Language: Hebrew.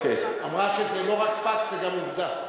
אמרה שזה לא רק "פאקט" זה גם עובדה.